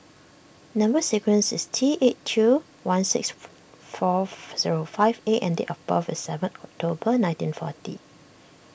Number Sequence is T eight two one six four zero five A and date of birth is seven October nineteen forty